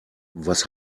was